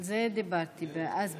כן, על זה דיברתי אז בדיון,